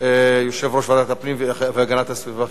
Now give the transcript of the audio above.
יושב-ראש ועדת הפנים והגנת הסביבה,